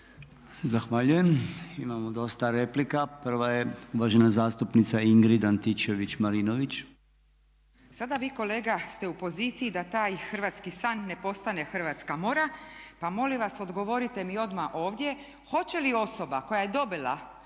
Zahvaljujem. Imamo dosta replika. Prva je uvažena zastupnica Ingrid Antičević-Marinović. **Antičević Marinović, Ingrid (SDP)** Sada vi kolega ste u poziciji da taj hrvatski san ne postane hrvatska mora pa molim vas odgovorite mi odmah ovdje hoće li osoba koja je dobila